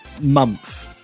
month